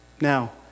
Now